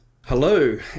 Hello